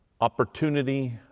opportunity